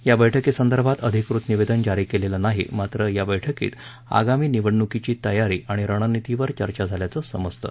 या बैठकीसंदर्भात अधिकृत निवेदन जारी केलेलं नाही मात्र या बैठकीत आगामी निवडणुकीची तयारी आणि रणनीतीवर चर्चा झाल्याचं समजतं